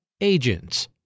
Agents